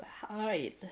Hide